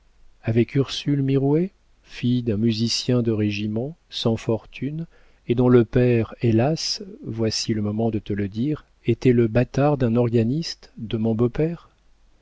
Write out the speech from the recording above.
avec ursule mirouët fille d'un musicien de régiment sans fortune et dont le père hélas voici le moment de te le dire était le bâtard d'un organiste de mon beau-père